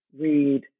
read